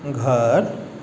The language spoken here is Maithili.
घर